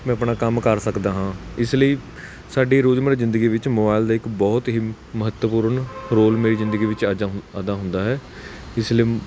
ਮੈਂ ਆਪਣਾ ਕੰਮ ਕਰ ਸਕਦਾ ਹਾਂ ਇਸ ਲਈ ਸਾਡੀ ਰੋਜ਼ਮਰਾ ਜ਼ਿੰਦਗੀ ਵਿੱਚ ਮੋਬਾਇਲ ਦਾ ਇੱਕ ਬਹੁਤ ਹੀ ਮਹੱਤਵਪੂਰਨ ਰੋਲ ਮੇਰੀ ਜ਼ਿੰਦਗੀ ਵਿੱਚ ਆਜ ਆਦਾ ਹੁੰਦਾ ਹੈ ਇਸ ਲਈ